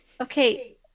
Okay